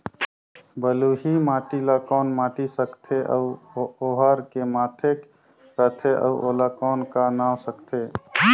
बलुही माटी ला कौन माटी सकथे अउ ओहार के माधेक राथे अउ ओला कौन का नाव सकथे?